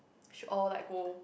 should all like go